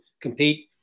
compete